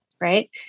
right